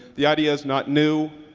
the idea is not new.